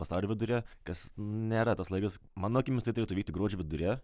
vasario viduryje kas nėra tas laikas mano akimis tai turėtų vykti gruodžio viduryje